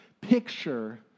picture